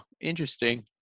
interesting